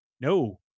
No